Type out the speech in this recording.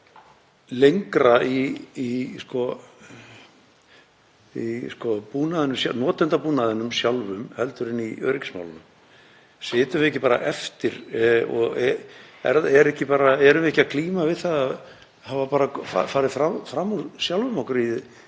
lengra í notendabúnaðinum sjálfum en í öryggismálunum? Sitjum við ekki bara eftir og erum við ekki að glíma við það að hafa farið fram úr sjálfum okkur í